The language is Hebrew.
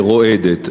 רועדת.